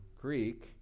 Greek